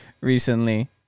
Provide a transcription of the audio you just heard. recently